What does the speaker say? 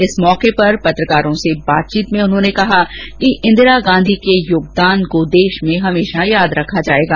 इस अवसर पर पत्रकारों से बातचीत में उन्होने कहा कि इंदिरा गांधी के योगदान को देश में हमेशा याद रखा जाएगा